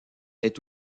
est